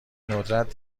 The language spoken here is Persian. ندرت